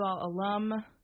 alum